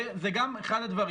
וזה גם אחד הדברים,